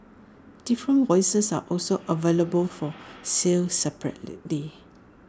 different voices are also available for sale separately